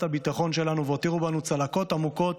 הביטחון שלנו והותירו בנו צלקות עמוקות,